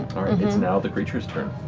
it's now the creatures turn.